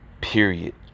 period